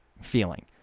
feeling